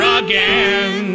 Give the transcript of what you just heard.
again